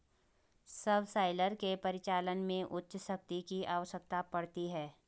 subsoiler के परिचालन में उच्च शक्ति की आवश्यकता पड़ती है